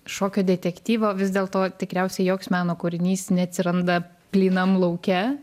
šokio detektyvo vis dėlto tikriausiai joks meno kūrinys neatsiranda plynam lauke